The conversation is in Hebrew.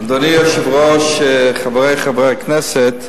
אדוני היושב-ראש, חברי חברי הכנסת,